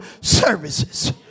services